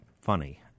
funny